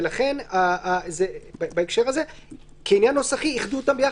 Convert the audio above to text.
לכן כעניין נוסחי איחדו אותם ביחד.